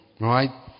Right